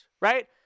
right